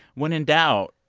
when in doubt,